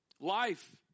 Life